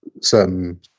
certain